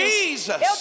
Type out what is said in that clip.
Jesus